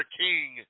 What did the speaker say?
king